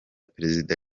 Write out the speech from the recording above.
perezida